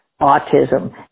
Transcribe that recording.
autism